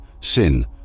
Sin